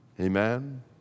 Amen